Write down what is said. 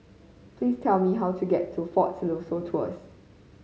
please tell me how to get to Fort Siloso Tours